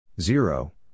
zero